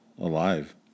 alive